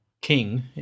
king